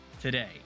today